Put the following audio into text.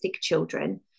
children